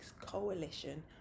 Coalition